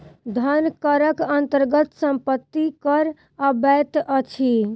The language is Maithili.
धन करक अन्तर्गत सम्पत्ति कर अबैत अछि